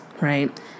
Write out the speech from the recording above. right